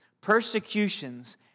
persecutions